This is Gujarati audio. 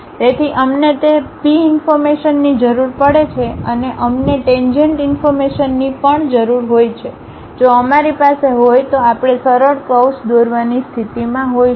તેથી અમને તે P ઇન્ફોર્મેશનની જરૂર પડે છે અને અમને ટેન્જેન્ટ ઇન્ફોર્મેશનની પણ જરૂર હોય છે જો અમારી પાસે હોય તો આપણે સરળ કર્વ્સ દોરવાની સ્થિતિમાં હોઈશું